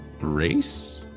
race